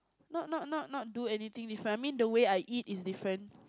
not not not not do anything different I mean the way I eat is different